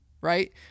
right